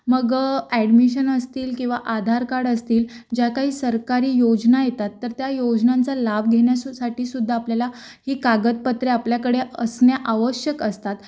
मग ॲडमिशन असतील किंवा आधार कार्ड असतील ज्या काही सरकारी योजना येतात तर त्या योजनांचा लाभ घेण्यासाठीसुद्धा आपल्याला ही कागदपत्रे आपल्याकडे असणे आवश्यक